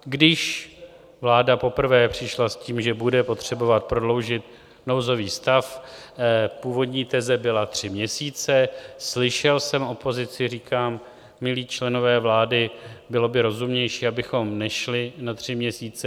Když vláda poprvé přišla s tím, že bude potřebovat prodloužit nouzový stav, původní teze byla tři měsíce, slyšel jsem opozici, říkám: milí členové vlády, bylo by rozumnější, abychom nešli na tři měsíce.